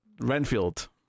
renfield